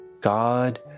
God